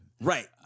Right